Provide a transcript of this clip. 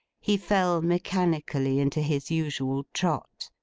he fell, mechanically, into his usual trot,